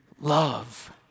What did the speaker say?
love